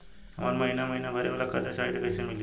हमरा महिना महीना भरे वाला कर्जा चाही त कईसे मिली?